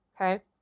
Okay